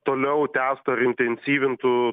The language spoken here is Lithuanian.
toliau tęstų ar intensyvintų